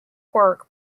work